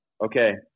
Okay